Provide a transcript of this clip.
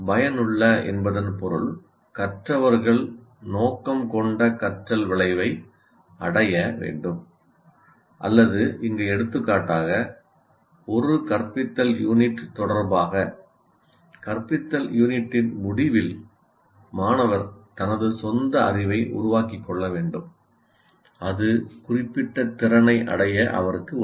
பயனுள்ள என்பதன் பொருள் கற்றவர்கள் நோக்கம் கொண்ட கற்றல் விளைவை அடைய வேண்டும் அல்லது இங்கே எடுத்துக்காட்டாக ஒரு கற்பித்தல் யூனிட் தொடர்பாக கற்பித்தல் யூனிட்டின் முடிவில் மாணவர் தனது சொந்த அறிவை உருவாக்கிக் கொள்ள வேண்டும் அது குறிப்பிட்ட திறனை அடைய அவருக்கு உதவும்